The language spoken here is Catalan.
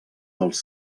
dels